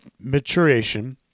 maturation